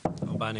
4 נמנעים,